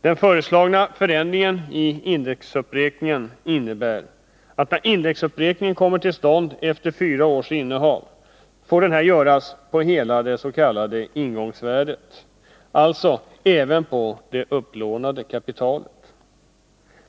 Den föreslagna förändringen innebär vad gäller indexuppräkningen att denna, när den kommer till stånd efter fyra års fastighetsinnehav, får göras på hela det s.k. ingångsvärdet, alltså även på det upplånade kapitalet.